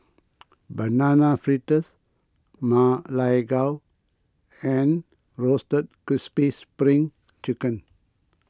Banana Fritters Ma Lai Gao and Roasted Crispy Spring Chicken